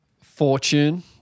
fortune